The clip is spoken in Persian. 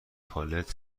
پالت